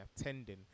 attending